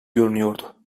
görünüyordu